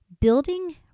building